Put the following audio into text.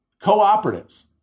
cooperatives